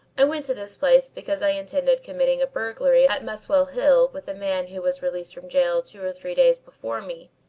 i went to this place because i intended committing a burglary at muswell hill with a man who was released from gaol two or three days before me,